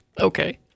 Okay